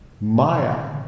maya